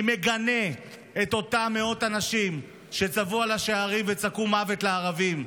אני מגנה את אותם מאות אנשים שצבאו על השערים וצעקו "מוות לערבים".